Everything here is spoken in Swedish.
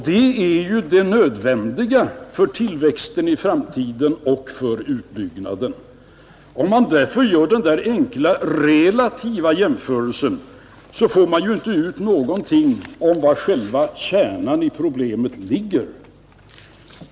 Det senare är nödvändigt för tillväxten och utbyggnaden i framtiden. Om man därför gör den där enkla relativa jämförelsen, får man inte ut någonting om var själva kärnan i problemet ligger.